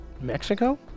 Mexico